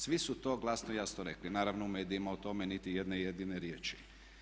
Svi su to glasno i jasno rekli, naravno u medijima o tome niti jedne jedine riječi.